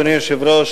אדוני היושב-ראש,